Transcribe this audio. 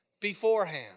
beforehand